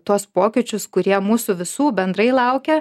tuos pokyčius kurie mūsų visų bendrai laukia